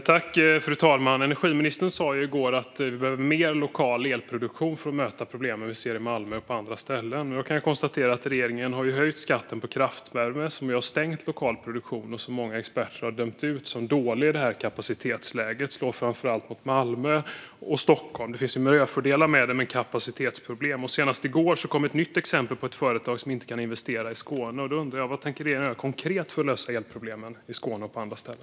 Fru talman! Energiministern sa i går att vi behöver mer lokal elproduktion för att möta de problem vi ser i Malmö och på andra ställen. Jag kan konstatera att regeringen har höjt skatten på kraftvärme, vilket har stängt lokal produktion. Många experter har dömt ut detta som dåligt i det kapacitetsläge vi har. Det slår framför allt mot Malmö och Stockholm. Det finns miljöfördelar med det, men det finns kapacitetsproblem. Senast i går kom ett nytt exempel på ett företag som inte kan investera i Skåne, och därför undrar jag: Vad tänker regeringen göra konkret för att lösa elproblemen i Skåne och på andra ställen?